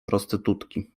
prostytutki